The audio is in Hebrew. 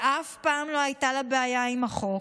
שאף פעם לא הייתה לה בעיה עם החוק,